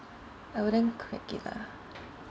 I wouldn't crack it lah